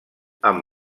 amb